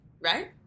Right